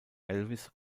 elvis